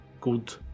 good